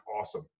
awesome